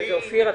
ואחריו אופיר.